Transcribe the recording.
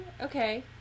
Okay